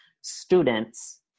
students